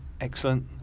excellent